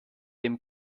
dem